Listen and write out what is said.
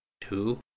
two